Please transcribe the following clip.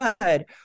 good